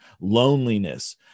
loneliness